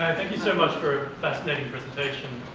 thank you so much for a fascinating presentation.